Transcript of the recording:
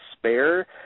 spare